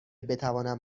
بتوانم